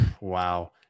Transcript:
wow